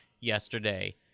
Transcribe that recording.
yesterday